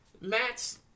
Matt's